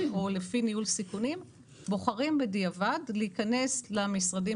או לפי ניהול סיכונים בוחרים בדיעבד להכנס למשרדים